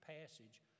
passage